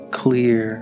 clear